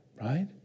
right